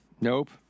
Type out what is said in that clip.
Nope